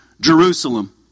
Jerusalem